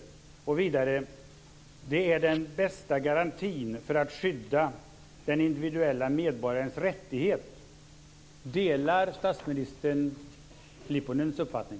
Vidare säger han: Det är den bästa garantin för att skydda den individuella medborgarens rättigheter. Delar statsministern Lipponens uppfattning?